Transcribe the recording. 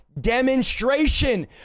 demonstration